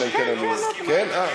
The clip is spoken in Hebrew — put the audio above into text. אלא אם כן אני, כן, כן.